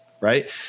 right